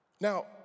Now